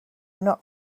not